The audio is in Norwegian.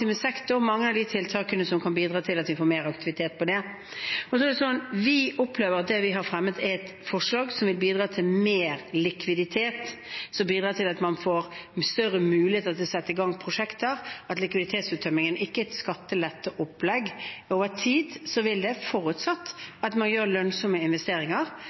sektor – mange av de tiltakene som kan bidra til at vi får mer aktivitet der. Vi opplever at det vi har fremmet, er et forslag som vil bidra til mer likviditet, som bidrar til at man får større muligheter til å sette i gang prosjekter, og at likviditetsuttømmingen ikke er et skatteletteopplegg. Over tid, forutsatt at man gjør lønnsomme investeringer,